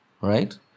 right